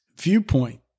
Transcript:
viewpoint